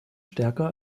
stärker